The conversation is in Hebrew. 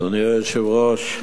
אדוני היושב-ראש,